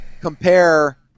compare